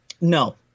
No